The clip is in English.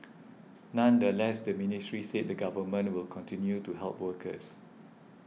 nonetheless the ministry said the Government will continue to help workers